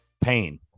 Pain